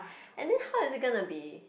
and then how it's gonna be